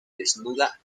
desnuda